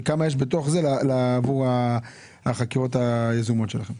וכמה יש בתוך זה עבור החקירות היזומות שלכם.